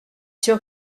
sûr